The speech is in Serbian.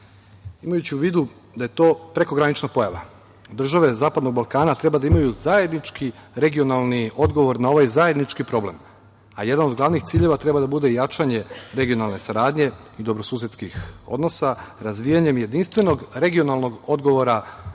Balkana. Imajući u vidu da je to prekogranična pojava države Zapadnog Balkana treba da imaju zajednički regionalni odgovor na ovaj zajednički problem, a jedan od glavnih ciljeva treba da bude jačanje regionalne saradnje i dobrosusedskih odnosa, razvijanjem jedinstvenog regionalnog odgovora